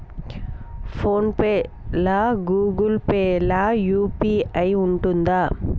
Phone pay లా Google Pay లా UPI ఉంటదా?